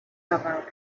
about